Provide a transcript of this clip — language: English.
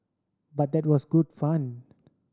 but that was good fun